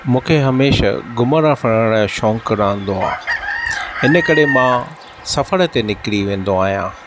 मूंखे हमेशा घुमणु फिरणु जो शौक़ु रहिंदो आ हिनु करे मां सफ़रु ते निकरी वेंदो आहियां